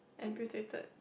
amputated